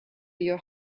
your